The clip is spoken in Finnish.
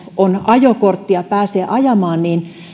on ajokortti ja pääsee ajamaan